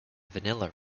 vanilla